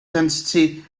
density